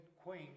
queen